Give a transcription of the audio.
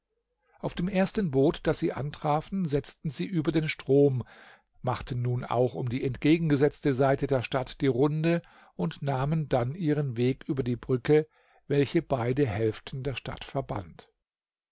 auf dem ersten boot das sie antrafen setzten sie über den strom machten nun auch um die entgegengesetzte seite der stadt die runde und nahmen dann ihren weg über die brücke welche beide hälften der stadt